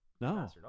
No